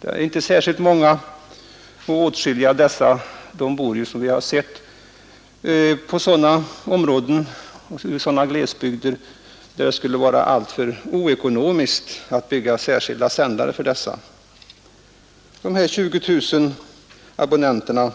Det är inte särskilt många, och åtskilliga av dem bor som vi har sett i sådana glesbygder där det skulle vara alltför ocekonomiskt att bygga särskilda sändare. Dessa 20 000 abonnenter